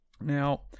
Now